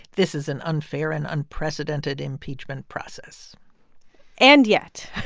this is an unfair and unprecedented impeachment process and yet.